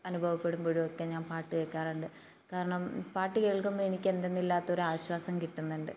അനുഭവപ്പെടുമ്പോഴുമൊക്കെ ഞാൻ പാട്ട് കേൾക്കാറുണ്ട് കാരണം പാട്ട് കേൾക്കുമ്പോൾ എനിക്ക് എന്തെന്നില്ലാത്ത ഒരാശ്വാസം കിട്ടുന്നുണ്ട്